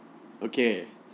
okay